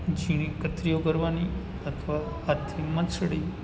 ઝીણી કત્રીઓ કરવાની અથવા હાથથી મચડી